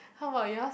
how about yours